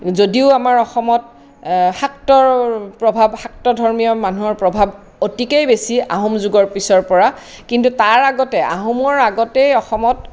যদিও আমাৰ অসমত শাক্তৰ প্ৰভাৱ শাক্ত ধৰ্মীয় মানুহৰ প্ৰভাৱ অতিকেই বেছি আহোম যুগৰ পিছৰ পৰা কিন্তু তাৰ আগতে আহোমৰ আগতেই অসমত